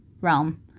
realm